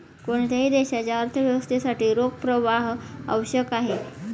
कोणत्याही देशाच्या अर्थव्यवस्थेसाठी रोख प्रवाह आवश्यक आहे